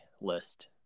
list